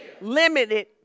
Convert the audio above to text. limited